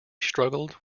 struggled